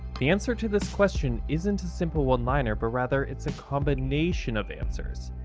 the answer to this question isn't a simple one liner, but rather it's a combination of answers,